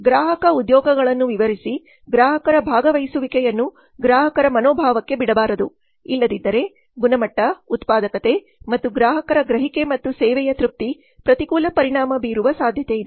ಗ್ರಾಹಕರ ಉದ್ಯೋಗಗಳನ್ನು ವಿವರಿಸಿ ಗ್ರಾಹಕರ ಭಾಗವಹಿಸುವಿಕೆಯನ್ನು ಗ್ರಾಹಕರ ಮನೋಭಾವಕ್ಕೆ ಬಿಡಬಾರದು ಇಲ್ಲದಿದ್ದರೆ ಗುಣಮಟ್ಟ ಉತ್ಪಾದಕತೆ ಮತ್ತು ಗ್ರಾಹಕರ ಗ್ರಹಿಕೆ ಮತ್ತು ಸೇವೆಯ ತೃಪ್ತಿ ಪ್ರತಿಕೂಲ ಪರಿಣಾಮ ಬೀರುವ ಸಾಧ್ಯತೆಯಿದೆ